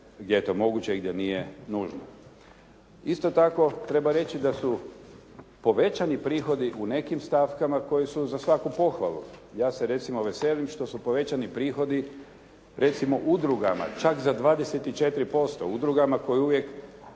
gdje je to moguće i gdje nije nužno. Isto tako treba reći da su povećani prihodi u nekim stavkama koji su za svaku pohvalu. Ja se recimo veselim što su povećani prihodi recimo udrugama čak za 24%, udrugama koje uvijek